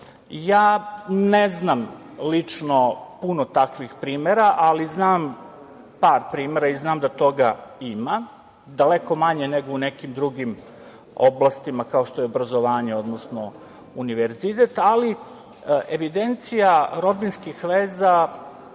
Ja ne znam lično puno takvih primera, ali znam par primera i znam da toga ima, daleko manje nego u nekim drugim oblastima, kao što je obrazovanje, odnosno univerzitet, ali evidencija rodbinskih veza,